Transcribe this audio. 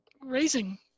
raising